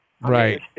right